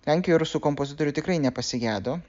lenkija rusų kompozitorių tikrai nepasigedo